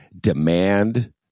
demand